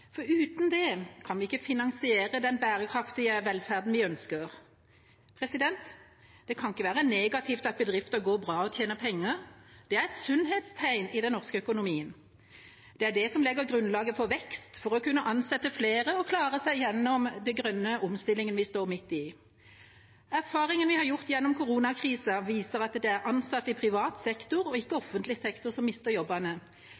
for velferdsstaten. Uten det kan vi ikke finansiere den bærekraftige velferden vi ønsker. Det kan ikke være negativt at bedrifter går bra og tjener penger. Det er et sunnhetstegn i den norske økonomien. Det er det som legger grunnlaget for vekst for å kunne ansette flere og klare seg gjennom den grønne omstillingen vi står midt i. Erfaringene vi har gjort gjennom koronakrisa, viser at det er ansatte i privat sektor og ikke i offentlig sektor som mister jobbene.